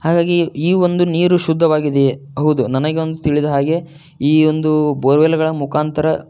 ಹಾಗಾಗಿ ಈ ಒಂದು ನೀರು ಶುದ್ದವಾಗಿದೆಯೇ ಹೌದು ನನಗೆ ಒಂದು ತಿಳಿದ ಹಾಗೆ ಈ ಒಂದು ಬೋರ್ವೆಲ್ಗಳ ಮುಖಾಂತರ